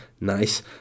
Nice